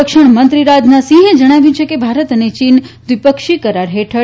સંરક્ષણમંત્રી રાજનાથસિંહે જણાવ્યું છે કે ભારત અને ચીન દ્વિ ક્ષી કરાર હેઠળ